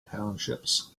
townships